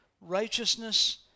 Righteousness